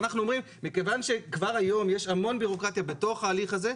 אנחנו אומרים שמכיוון שכבר היום יש המון בירוקרטיה בתוך ההליך הזה,